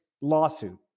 lawsuit